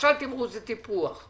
למשל תמרוץ וטיפוח.